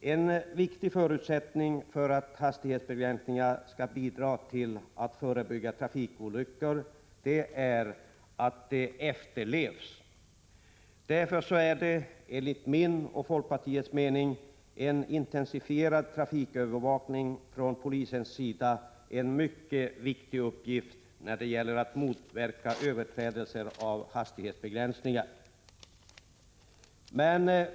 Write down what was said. En viktig förutsättning för att hastighetsbegränsningar skall bidra till att förebygga trafikolyckor är att de efterlevs. Därför är enligt min och folkpartiets mening en intensifierad trafikövervakning från polisen en mycket viktig uppgift när det gäller att motverka överträdelser av hastighetsgränserna.